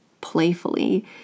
playfully